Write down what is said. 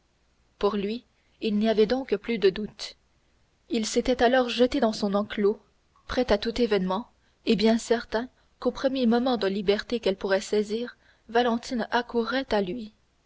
pour lui il n'y avait donc plus de doute il s'était alors jeté dans son enclos prêt à tout événement et bien certain qu'au premier moment de liberté qu'elle pourrait saisir valentine accourrait à lui